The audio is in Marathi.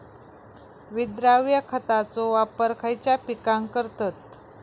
विद्राव्य खताचो वापर खयच्या पिकांका करतत?